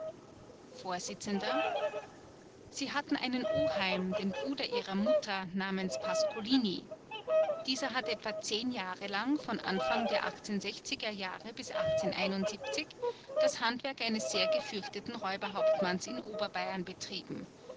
vors sie hatten einen oheim den bruder ihrer mutter namens pascolini dieser hat etwa zehn jahre lang von anfang der er jahre bis das handwerk eines sehr gefürchteten räuberhauptmanns in oberbayern betrieben